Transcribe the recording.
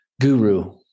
guru